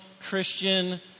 Christian